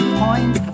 point